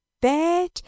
bed